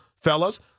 fellas